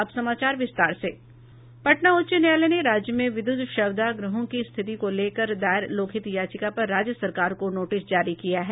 पटना उच्च न्यायालय ने राज्य में विद्युत शवदाह गृहों की स्थिति को लेकर दायर लोकहित याचिका पर राज्य सरकार को नोटिस जारी किया है